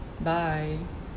bye